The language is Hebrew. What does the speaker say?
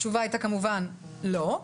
התשובה הייתה כמובן שלא,